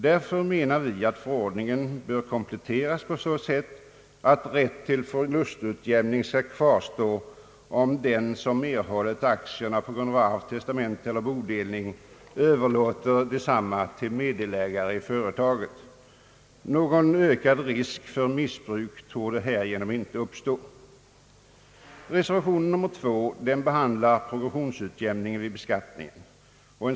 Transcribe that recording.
Därför anser vi att förordningen bör kompletteras på så sätt att rätt till förlustutjämning skall kvarstå om den som erhållit aktierna på grund av arv, testamente eller bodelning överlåter desamma till meddelägare i företaget. Någon ökad risk för missbruk torde inte uppstå därigenom.